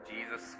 Jesus